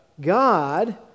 God